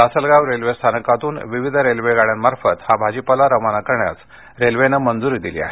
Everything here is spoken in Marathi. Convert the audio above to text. लासलगाव रेल्वेस्थानकातून विविध रेल्वेगाड्यांनी हा भाजीपाला रवाना करण्यास रेल्वेनं मंजूरी दिली आहे